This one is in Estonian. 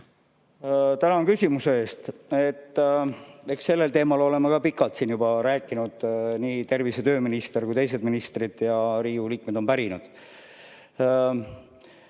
Tänan küsimuse eest! Eks sellel teemal oleme ka pikalt siin juba rääkinud, nii tervise- ja tööminister kui ka teised ministrid, ja Riigikogu liikmed on pärinud.